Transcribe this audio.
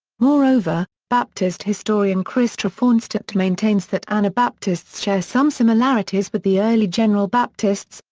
moreover, baptist historian chris traffanstedt maintains that anabaptists share some similarities with the early general baptists,